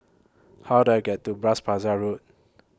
How Do I get to Bras Basah Road